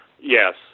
Yes